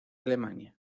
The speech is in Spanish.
alemania